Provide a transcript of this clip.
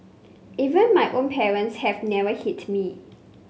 even my own parents have never hit me